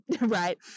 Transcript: right